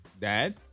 Dad